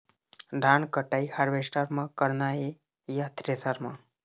धान कटाई हारवेस्टर म करना ये या थ्रेसर म?